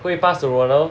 会 pass to Ronaldo